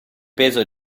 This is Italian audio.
peso